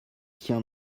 tient